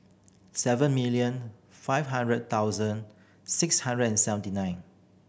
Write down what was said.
seven million five hundred thousand six hundred and seventy nine